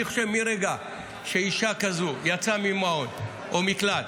אני חושב שמרגע שאישה כזאת יצאה ממעון או ממקלט